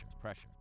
pressure